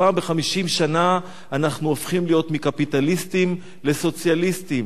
פעם ב-50 שנה אנחנו הופכים להיות מקפיטליסטים לסוציאליסטים.